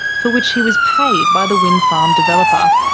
for which he was paid by the wind farm developer.